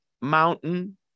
mountain